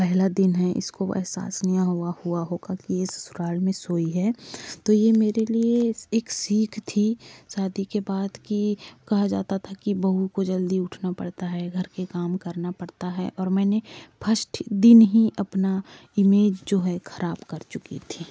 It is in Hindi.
पहला दिन है इसको एहसास नहीं हुआ हुआ होगा कि ससुराल में सोई है तो ये मेरे लिए एक सिख थी सादी के बाद की कहा जाता था कि बहू को जल्दी उठना पड़ता है घर के काम करना पड़ता है और मैंने फर्स्ट दिन ही अपना इमेज जो है खराब कर चुकी थी